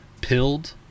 pilled